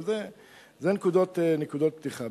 אבל אלה נקודות פתיחה.